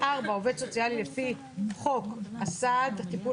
(4)עובד סוציאלי לפי חוק הסעד (טיפול